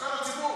מסוכן לציבור.